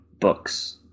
books